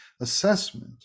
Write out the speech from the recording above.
assessment